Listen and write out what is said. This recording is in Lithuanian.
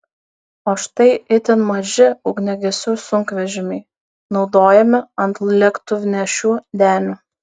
o štai itin maži ugniagesių sunkvežimiai naudojami ant lėktuvnešių denių